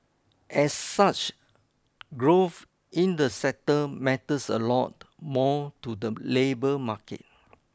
as such growth in the sector matters a lot more to the labour market